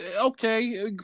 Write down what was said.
okay